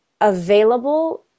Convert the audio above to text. available